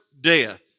death